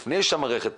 לפני שהמערכת